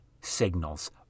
signals